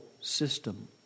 system